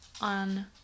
on